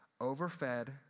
overfed